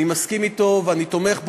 אני מסכים אתו ואני תומך בו,